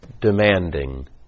demanding